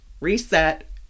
Reset